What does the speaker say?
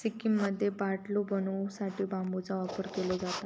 सिक्कीममध्ये बाटले बनवू साठी बांबूचा वापर केलो जाता